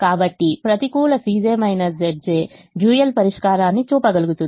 కాబట్టిప్రతికూల dual పరిష్కారాన్ని చూపించగలుగుతుంది